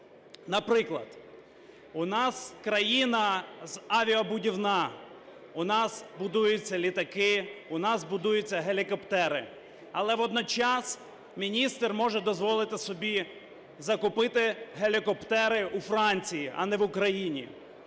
Наприклад, у нас країна авіабудівна: у нас будуються літаки, у нас будують гелікоптери. Але водночас міністр може дозволити собі закупити гелікоптери у Франції, а не в Україні.